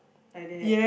like that